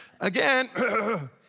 Again